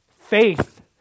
Faith